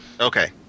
Okay